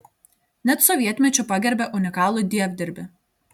net sovietmečiu pagerbė unikalų dievdirbį